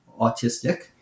autistic